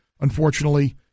unfortunately